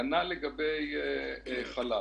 כנ"ל לגבי חל"ת.